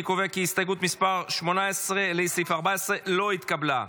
אני קובע כי הסתייגות 18 לסעיף 14 לא התקבלה.